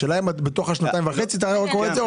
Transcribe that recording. השאלה אם בתוך השנתיים וחצי אתה רואה את זה,